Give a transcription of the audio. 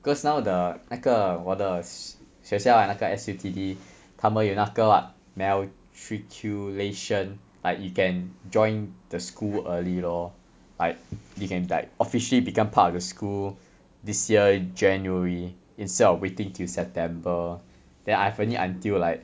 because now the 那个我的学校那个 S_U_T_D 它们有那个 what matriculation like you can join the school early lor like you can like officially become part of the school this year january instead of waiting till september then I have only until like